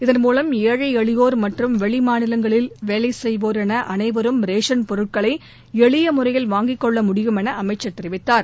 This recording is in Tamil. இதன்மூலம் ஏழை எளியோர் மற்றும் வெளிமாநிலங்களில் வேலை செய்வோர் என அனைவரும் ரேஷன் பொருட்களை எளிய முறையில் வாங்கி கொள்ள முடியும் என அமைச்சர் தெரிவித்தார்